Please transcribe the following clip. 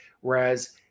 whereas